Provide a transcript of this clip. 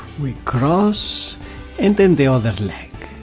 we cross and then the other leg,